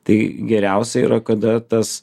tai geriausia yra kada tas